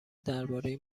درباره